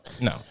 No